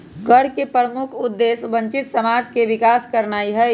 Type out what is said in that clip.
कर के प्रमुख उद्देश्य वंचित समाज के विकास करनाइ हइ